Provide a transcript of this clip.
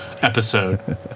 episode